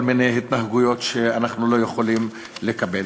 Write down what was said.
מיני התנהגויות שאנחנו לא יכולים לקבל.